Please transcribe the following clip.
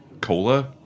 cola